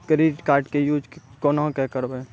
Credit card के use कोना के करबऽ?